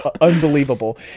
unbelievable